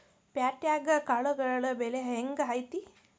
ಪ್ಯಾಟ್ಯಾಗ್ ಕಾಳುಗಳ ಬೆಲೆ ಹೆಂಗ್ ಐತಿ?